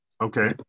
Okay